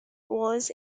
wars